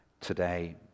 today